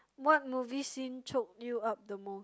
what movie scene choke you up the most